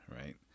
right